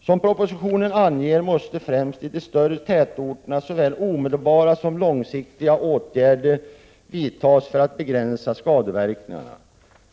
Som propositionen anger måste främst i de större tätorterna såväl omedelbara som långsiktiga åtgärder vidtas för att begränsa trafikens skadeverkningar.